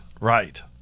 Right